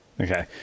Okay